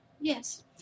Yes